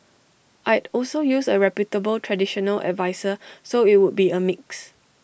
I'd also use A reputable traditional adviser so IT would be A mix